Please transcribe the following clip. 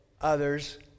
others